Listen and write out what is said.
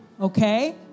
okay